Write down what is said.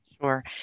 Sure